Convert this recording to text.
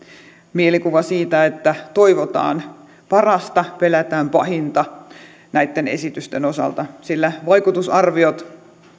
mielikuva siitä että toivotaan parasta pelätään pahinta näitten esitysten osalta sillä vaikutusarviot